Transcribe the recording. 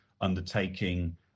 undertaking